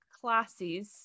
classes